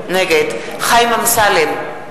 נגד חיים אמסלם,